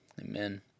Amen